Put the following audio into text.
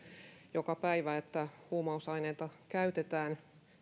joka päivä että huumausaineita käytetään